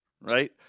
right